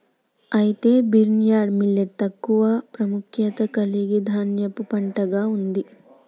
అయితే barnyard millet తక్కువ ప్రాముఖ్యత కలిగిన ధాన్యపు పంటగా ఉంది